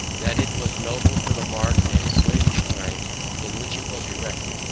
that it was noble for the dark and slavish times in which it was erected,